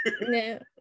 no